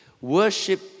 Worship